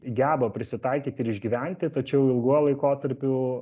geba prisitaikyti ir išgyventi tačiau ilguoju laikotarpiu